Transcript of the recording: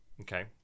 Okay